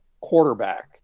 quarterback